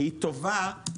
היא טובה,